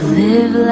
live